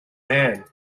man